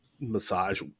massage